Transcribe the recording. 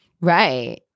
Right